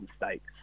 mistakes